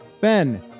Ben